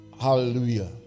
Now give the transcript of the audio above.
Hallelujah